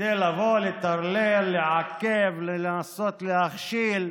כדי לבוא לטרלל, לעכב, לנסות להכשיל.